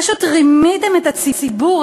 פשוט רימיתם את הציבור.